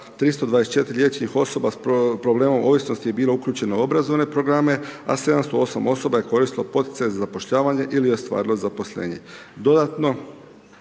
324 liječenih osoba sa problemom je bilo uključeno u obrazovne programe a 708 osoba je koristilo poticaj za zapošljavanje ili je ostvarilo zaposlenje.